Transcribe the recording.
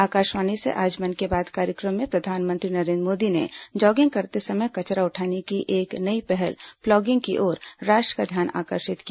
आकाशवाणी से आज मन की बात कार्यक्रम में प्रधानमंत्री नरेन्द्र मोदी ने जॉगिंग करते समय कचरा उठाने की एक नई पहल प्लॉगिंग की ओर राष्ट्र का ध्यान आकर्षित किया